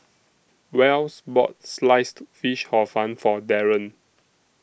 Wells bought Sliced Fish Hor Fun For Darron